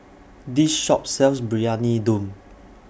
This Shop sells Briyani Dum